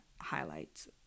highlights